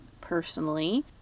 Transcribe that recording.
personally